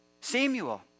Samuel